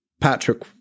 Patrick